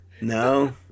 no